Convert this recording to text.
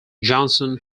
johnson